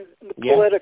political